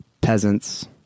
peasants